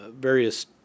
various